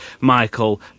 Michael